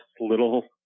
little